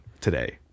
today